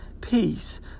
peace